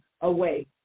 away